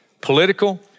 political